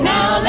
Now